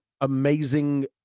amazing